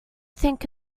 think